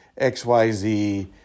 XYZ